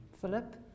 Philip